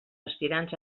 aspirants